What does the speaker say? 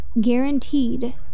Guaranteed